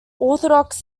orthodox